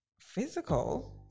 Physical